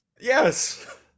Yes